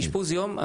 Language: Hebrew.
אשפוז יום,